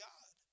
God